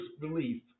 belief